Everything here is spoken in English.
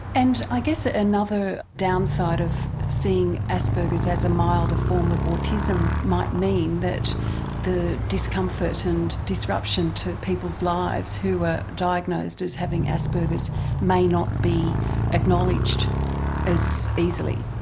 and i guess ah another downside of seeing asperger's as a milder form of autism might mean that the discomfort and disruption to people's lives who are diagnosed as having asperger's may not be acknowledged as easily.